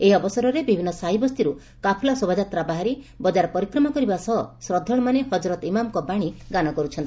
ଏହି ଅବସରରେ ବିଭିନ୍ ସାହି ବସ୍ତିରୁ କାଫଲା ଶୋଭାଯାତ୍ରା ବାହାରି ବଜାର ପରିକ୍ରମା କରିବା ସହ ଶ୍ରଦ୍ଧାଳୁମାନେ ହଜରତ ଇମାମ୍ଙ୍ ବାଣୀ ଗାନ କରୁଛନ୍ତି